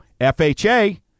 FHA